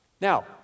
Now